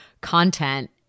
content